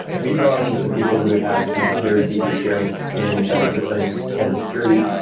we brought in some people who've had had some very deep experience in embedded systems and security.